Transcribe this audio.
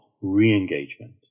re-engagement